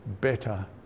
better